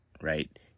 right